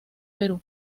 perú